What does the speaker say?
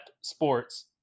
sports